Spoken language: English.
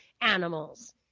animals